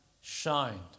shined